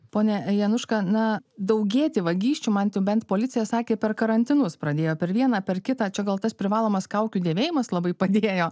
pone januška na daugėti vagysčių man tai jau bent policija sakė per karantinus pradėjo per vieną per kitą čia gal tas privalomas kaukių dėvėjimas labai padėjo